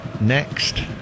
next